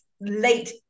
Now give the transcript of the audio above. late